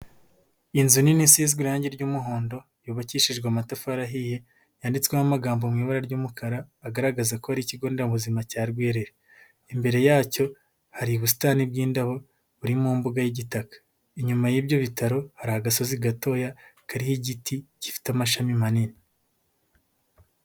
Inzu nini isizwe irangi ry'umuhondo, yubakishijwe amatafari ahiye, yanditsweho amagambo mu ibara ry'umukara agaragaza ko ari ikigo nderabuzima cya Rwerere, imbere yacyo hari ubusitani bw'indabo buri mu mbuga y'igitaka, inyuma y'ibyo bitaro hari agasozi gatoya kariho igiti gifite amashami manini.